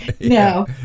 No